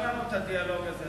אתה לא מאפשר לנו את הדיאלוג הזה.